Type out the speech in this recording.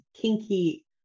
kinky